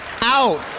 Out